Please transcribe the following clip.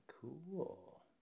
Cool